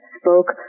spoke